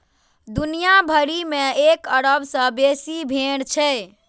दुनिया भरि मे एक अरब सं बेसी भेड़ छै